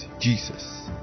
Jesus